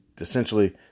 essentially